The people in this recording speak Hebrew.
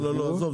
לא, לא, עזוב.